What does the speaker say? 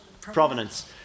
Provenance